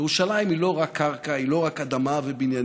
ירושלים היא לא רק קרקע, היא לא רק אדמה ובניינים.